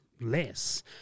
less